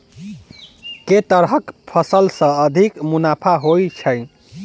केँ तरहक फसल सऽ अधिक मुनाफा होइ छै?